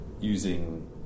using